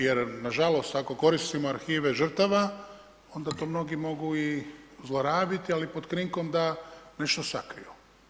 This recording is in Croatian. Jer na žalost ako koristimo arhive žrtava onda to mnogi mogu zlorabiti ali pod krinkom da nešto sakriju.